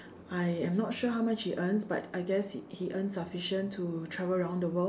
I am not sure how much he earns but I guess he he earns sufficient to travel around the world